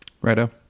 Righto